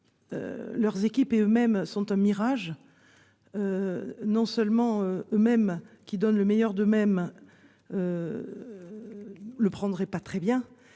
Leurs équipes et eux-mêmes sont un mirage. Non seulement même qui donnent le meilleur d'eux-mêmes. Le prendrais pas très bien